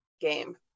game